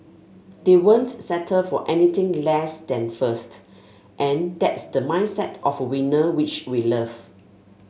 they won't settle for anything less than first and that's the mindset of a winner which we love